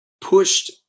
pushed